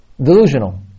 delusional